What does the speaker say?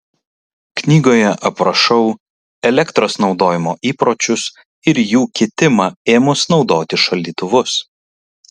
knygoje aprašau elektros naudojimo įpročius ir jų kitimą ėmus naudoti šaldytuvus